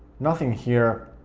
nothing here,